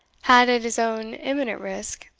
had, at his own imminent risk,